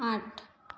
આઠ